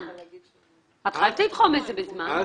השאלה אם אי אפשר לגייס את הקו הזה, 118,